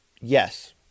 Yes